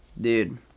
Dude